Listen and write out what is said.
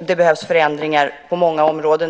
Det behövs förändringar på många områden.